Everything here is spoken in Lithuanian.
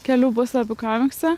kelių puslapių komiksą